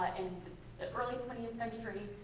in the early twentieth century.